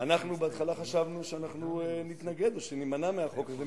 בהתחלה חשבנו שנימנע מהחוק הזה,